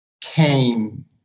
came